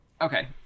Okay